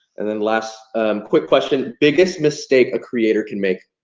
and then last quick question, biggest mistake a creator can make?